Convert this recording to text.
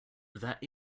that